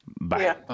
Bye